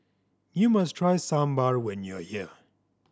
you must try Sambar when you are here